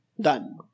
Done